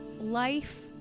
Life